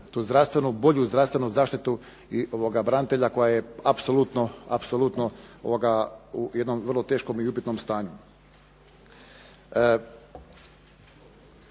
tu bolju zdravstvenu zaštitu branitelja koja je apsolutno u jednom vrlo teškom i upitnom stanju.